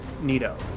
Nito